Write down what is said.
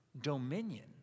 dominion